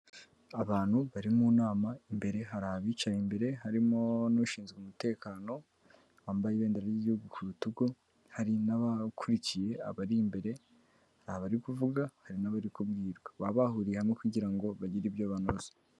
Abantu bari mu nama, imbere hari abicaye imbere harimo n'ushinzwe umutekano, wambaye ibedera ry'igihugu ku rutugu, hari n'abakurikiye abari imbere hari abari kuvuga hari n'abari kubwirwa. Baba bahuriye hamwe kugira ngo bagire ibyo banobaza.